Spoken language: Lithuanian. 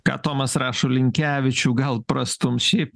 ką tomas rašo linkevičių gal prastums šiaip